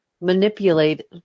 manipulate